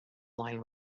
line